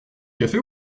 café